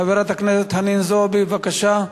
חברת הכנסת חנין זועבי, בבקשה.